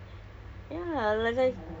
forever sia